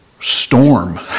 storm